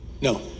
No